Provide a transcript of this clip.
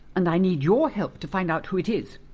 and i need your help to find out who it is,